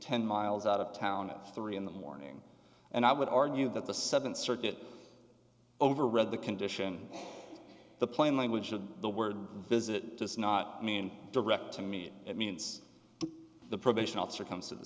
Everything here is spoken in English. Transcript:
ten miles out of town at three in the morning and i would argue that the seventh circuit overread the condition the plain language of the word visit does not mean direct to me it means the probation officer comes to the